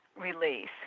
release